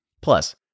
Plus